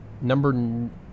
Number